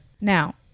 Now